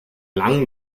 langen